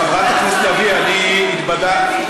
חברת הכנסת לביא, אני התבדחתי.